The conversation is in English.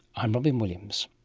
i'm robyn williams